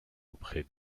auprès